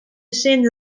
zin